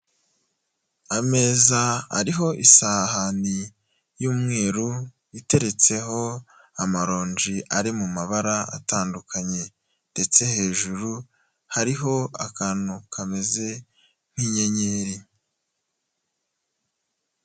Ameza ariho isahani y'umweru iteretseho amaronji ari mu mabara atandukanye ndetse hejuru hariho akantu kameze nk'inyenyeri.